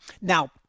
now